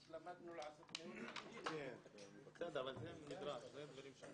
בסדר, אבל זה נדרש.